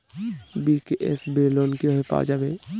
BKSB loan কিভাবে পাওয়া যাবে?